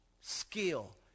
skill